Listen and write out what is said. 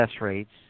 rates